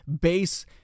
base